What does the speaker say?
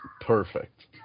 perfect